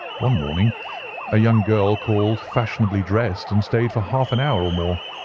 one morning a young girl called, fashionably dressed, and stayed for half an hour or more.